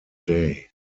day